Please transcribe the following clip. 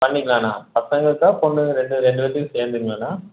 பண்ணிக்கலாம்ண்ணா பசங்களுக்கா பொண்ணுங்க ரெண்டு ரெண்டு பேர்த்துக்கும் சேர்ந்துங்களாண்ணா